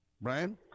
brian